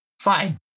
fine